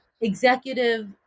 executive